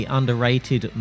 Underrated